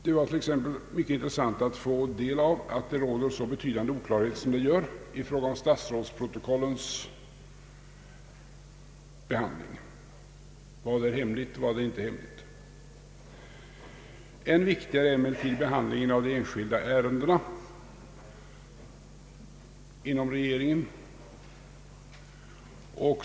Det var t.ex. mycket intressant att få ta del av att det råder en så betydande oklarhet som det gör i fråga om = statsrådsprotokollens behandling när det gäller vad som är hemligt eller inte hemligt. Ännu viktigare är emellertid behandlingen av de enskilda ärendena inom regeringen.